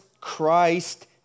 Christ